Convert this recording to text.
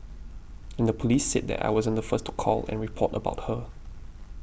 and the police said that I wasn't the first to call and report about her